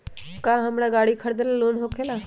का हमरा गारी खरीदेला लोन होकेला?